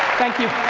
thank you.